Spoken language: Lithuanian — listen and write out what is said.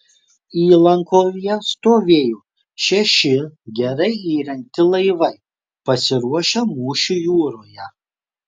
įlankoje stovėjo šeši gerai įrengti laivai pasiruošę mūšiui jūroje